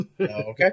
Okay